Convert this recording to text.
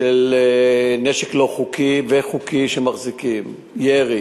של נשק לא חוקי וחוקי שמחזיקים, ירי,